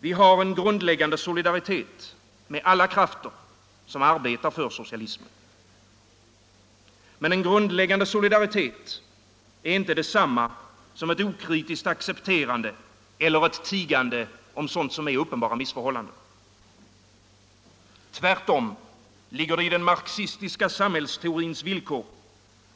Vi har en grundläggande solidaritet med alla krafter som arbetar för socialismen. Men en grundläggande solidaritet är inte detsamma som ett okritiskt accepterande eller ett tigande om uppenbara missförhållanden. Tvärtom ligger det i den marxistiska samhällsteorins villkor